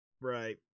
Right